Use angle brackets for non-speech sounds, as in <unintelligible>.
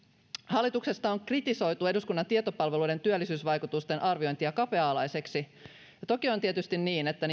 hallituksesta on kritisoitu eduskunnan tietopalveluiden työllisyysvaikutusten arviointia kapea alaiseksi ja toki on tietysti niin että <unintelligible>